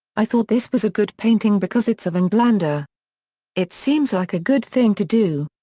i thought this was a good painting because it's of england. ah it seems like a good thing to do.